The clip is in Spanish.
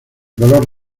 color